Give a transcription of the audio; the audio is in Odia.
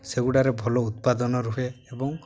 ସେଗୁଡ଼ାରେ ଭଲ ଉତ୍ପାଦନ ରୁହେ ଏବଂ